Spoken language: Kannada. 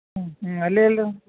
ಹ್ಞೂ ಹ್ಞೂ ಅಲ್ಲೆ ಎಲ್ರ